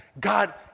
God